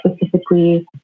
specifically